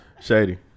Shady